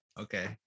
Okay